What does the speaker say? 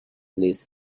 this